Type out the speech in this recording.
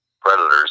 predators